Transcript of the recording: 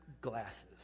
glasses